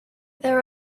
there